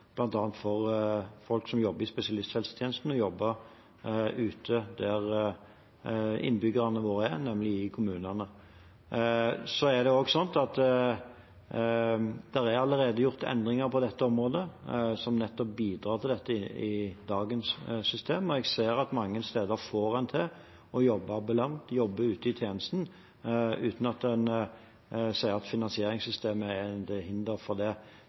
for folk som jobber i spesialisthelsetjenesten, å jobbe ute, der innbyggerne våre er, nemlig i kommunene. Det er allerede gjort endringer på dette området som nettopp bidrar til det i dagens system, og jeg ser at en mange steder får til å jobbe ambulant, jobbe ute i tjenesten, uten at en sier at finansieringssystemet er til hinder for det. Men uansett mener jeg det er behov for å gjøre endringer i finansieringssystemet, for at det